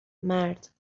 مرد